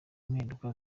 mpinduka